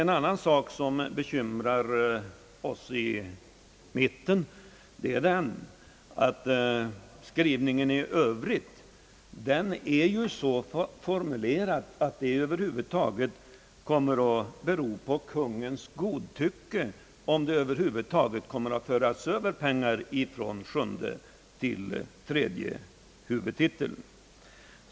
En annan sak som bekymrar oss i mitten är att skrivningen i övrigt är så formulerad, att det kommer att bero på Kungens godtycke om det över huvud taget kommer att föras över pengar från sjunde till tredje huvudtiteln.